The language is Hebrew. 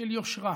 של יושרה